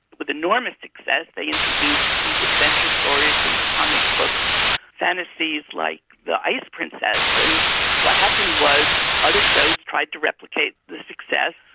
with enormous success. they introduced these adventure stories and comic books fantasies like the ice princess. and what happened was other shows tried to replicate the success.